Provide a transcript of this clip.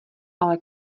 ale